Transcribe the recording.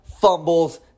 fumbles